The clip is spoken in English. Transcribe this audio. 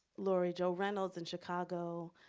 laurie jo reynolds in chicago.